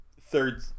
third